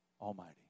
Almighty